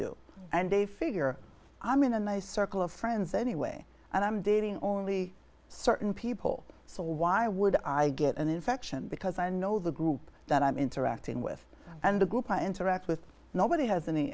do and they figure i'm going in my circle of friends anyway and i'm dating only certain people so why would i get an infection because i know the group that i'm interacting with and the group i interact with nobody has an